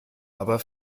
aber